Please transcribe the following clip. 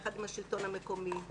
יחד עם השלטון המקומי,